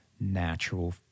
natural